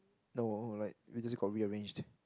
no like we just got rearranged